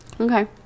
Okay